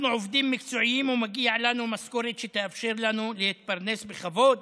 אנחנו עובדים מקצועיים ומגיעה לנו משכורת שתאפשר לנו להתפרנס בכבוד,